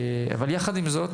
יחד עם זאת